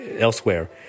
elsewhere